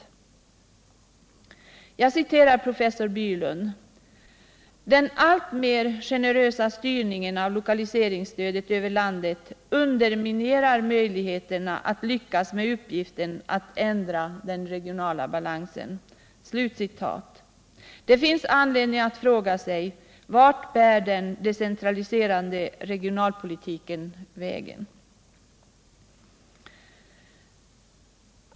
Låt mig citera professor Bylund: ”Den alltmer generösa styrningen av lokaliseringsstödet över landet underminerar möjligheterna att lyckas med uppgiften att ändra den regionala balansen.” Det finns anledning att fråga sig: Vart bär den decentraliserande regionalpolitiken hän?